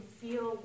feel